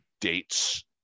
dates